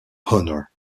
honor